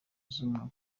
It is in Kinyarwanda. z’umwaka